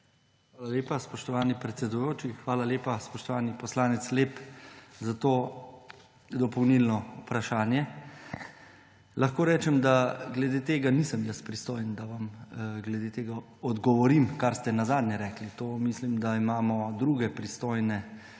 Hvala lepa, spoštovani predsedujoči. Hvala lepa, spoštovani poslanec Lep, za tole dopolnilno vprašanje. Lahko rečem, da nisem jaz pristojen, da vam glede tega odgovorim, kar ste nazadnje rekli. Mislim, da imamo druge pristojne za